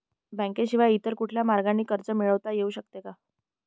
बँकेशिवाय इतर कुठल्या मार्गाने कर्ज मिळविता येऊ शकते का?